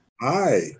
Hi